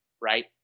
right